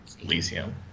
Elysium